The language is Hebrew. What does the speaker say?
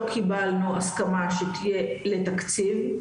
לא קיבלנו הסכמה שתהיה לתקציב,